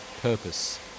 purpose